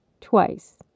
twice